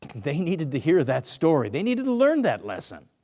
they needed to hear that story, they needed to learn that lesson.